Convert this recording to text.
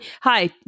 Hi